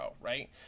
right